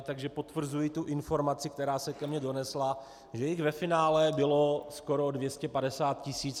Takže potvrzuji tu informaci, která se ke mně donesla že jich ve finále bylo skoro 250 tis.